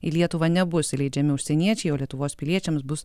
į lietuvą nebus įleidžiami užsieniečiai o lietuvos piliečiams bus